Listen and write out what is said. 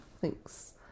Thanks